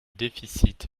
déficit